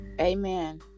Amen